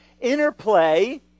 interplay